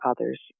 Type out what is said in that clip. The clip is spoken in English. others